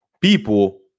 people